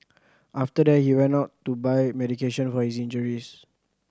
after that he went out to buy medication for his injuries